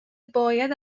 باید